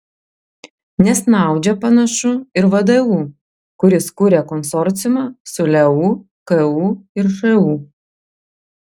nesnaudžia panašu ir vdu kuris kuria konsorciumą su leu ku ir šu